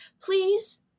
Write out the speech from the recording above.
please